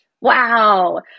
Wow